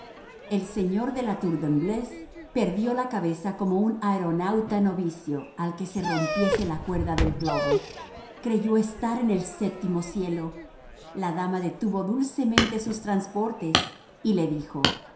el señor de la tour de embleuse perdió la cabeza como un aeronauta novicio al que se rompiese la cuerda del globo creyó estar en el séptimo cielo la dama detuvo dulcemente sus transportes y le dijo